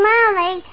Mommy